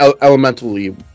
elementally